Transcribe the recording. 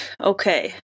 Okay